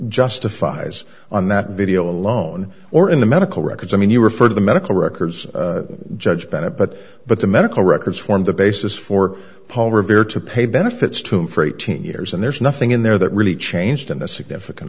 justifies on that video alone or in the medical records i mean you refer to the medical records judge bennett but but the medical records form the basis for paul revere to pay benefits to him for eighteen years and there's nothing in there that really changed in a significant